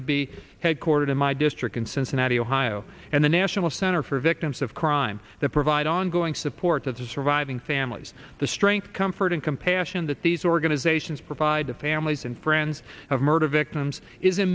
to be headquartered in my district in cincinnati ohio and the national center for victims of crime that provide ongoing support of the surviving families the strength comfort and compassion that these organizations provide to families and friends of murder victims is a